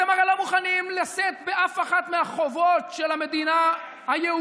אתם הרי לא מוכנים לשאת באף אחת מהחובות של המדינה היהודית.